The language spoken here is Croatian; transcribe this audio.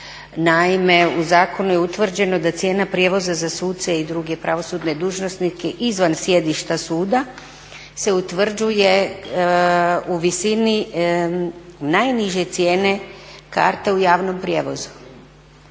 Naime, u zakonu je utvrđeno da cijena prijevoza za suce i druge pravosudne dužnosnike izvan sjedišta suda se utvrđuje u visini najniže cijene karte u javnom prijevozu,